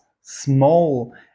small